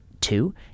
two